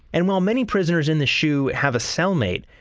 and while many prisoners in the shoe have a cellmate,